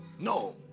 no